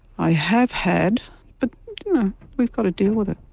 i have had but we've got to deal with it.